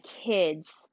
kids